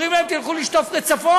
אומרים להם: תלכו לשטוף רצפות?